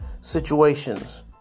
situations